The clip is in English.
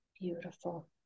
Beautiful